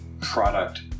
product